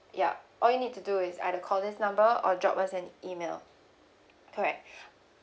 yup all you need to do is either call this number or drop us an email correct